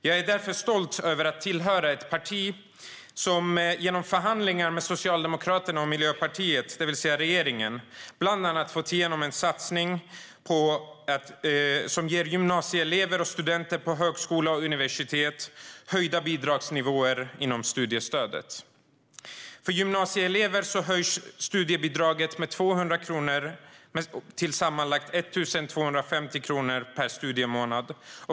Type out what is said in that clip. Jag är därför stolt över att tillhöra ett parti som genom förhandlingar med Socialdemokraterna och Miljöpartiet, det vill säga regeringen, bland annat fått igenom en satsning som ger gymnasieelever och studenter på högskola och universitet höjda bidragsnivåer inom studiestödet. För gymnasieelever höjs studiebidraget med 200 kronor till sammanlagt 1 250 kronor per studiemånad.